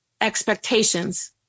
expectations